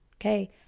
Okay